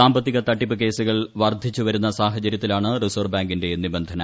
സാമ്പത്തിക തട്ടിപ്പ് കേസുകൾ വർധിച്ചുവരുന്ന സാഹചര്യത്തിലാണ് റിസർവ് ബാങ്കിന്റെ നിബന്ധന